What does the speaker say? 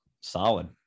Solid